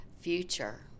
future